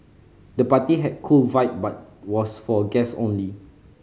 the party had a cool vibe but was for guests only